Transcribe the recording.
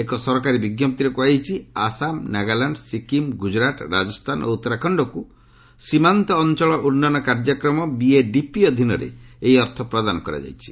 ଏକ ସରକାରୀ ବିଜ୍ଞପ୍ତିରେ କୁହାଯାଇଛି ଆସାମ ନାଗାଲ୍ୟାଣ୍ଡ୍ ସିକ୍କିମ୍ ଗୁଜରାଟ୍ ରାଜସ୍ଥାନ ଓ ଉତ୍ତରାଖଣ୍ଡକୁ ସୀମାନ୍ତ ଅଞ୍ଚଳ ଉନ୍ନୟନ କାର୍ଯ୍ୟକ୍ରମ ବିଏଡିପି ଅଧୀନରେ ଏହି ଅର୍ଥ ପ୍ରଦାନ କରାଯାଇଛି